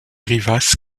rivas